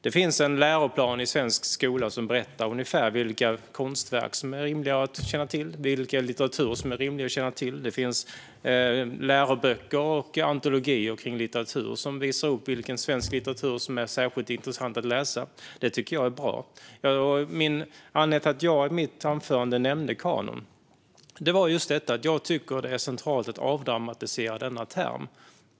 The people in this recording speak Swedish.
Det finns en läroplan i svensk skola som berättar ungefär vilka konstverk som är rimliga att känna till och vilken litteratur som är rimlig att känna till. Det finns läroböcker och antologier om litteratur som visar upp vilken svensk litteratur som är särskilt intressant att läsa. Det tycker jag är bra. Anledningen till att jag i mitt anförande nämnde kanon var just detta. Jag tycker att det är centralt att avdramatisera denna term.